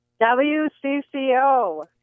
WCCO